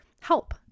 help